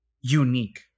unique